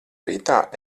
rītā